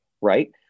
Right